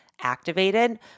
activated